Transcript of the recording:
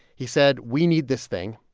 he said, we need this thing.